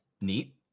neat